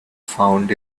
found